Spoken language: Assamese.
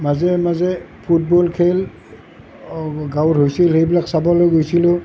মাজে মাজে ফুটবল খেল গাঁৱত হৈছিল সেইবিলাক চাবলৈ গৈছিলোঁ